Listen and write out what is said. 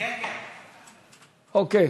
אוקיי.